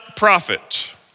prophet